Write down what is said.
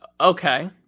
Okay